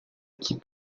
qui